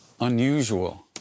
unusual